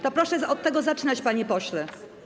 To proszę od tego zaczynać, panie pośle.